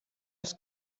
els